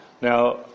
Now